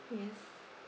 yes